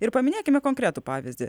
ir paminėkime konkretų pavyzdį